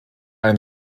ein